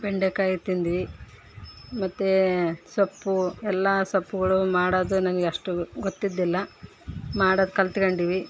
ಬೆಂಡೆಕಾಯಿ ತಿಂದ್ವಿ ಮತ್ತು ಸೊಪ್ಪು ಎಲ್ಲಾ ಸೊಪ್ಪುಗಳು ಮಾಡೋದು ನನಗೆ ಅಷ್ಟು ಗೊತ್ತಿದ್ದಿಲ್ಲ ಮಾಡೋಕ್ ಕಲಿತ್ಕೊಂಡ್ವಿ